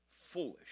foolish